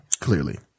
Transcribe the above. Clearly